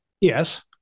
Yes